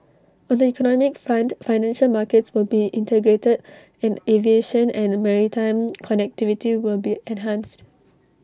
on the economic front financial markets will be integrated and aviation and maritime connectivity will be enhanced